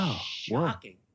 shocking